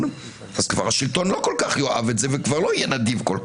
אז השלטון לא כל-כך יאהב את זה ונדיבותו תתפוגג.